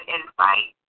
invite